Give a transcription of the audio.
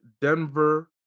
Denver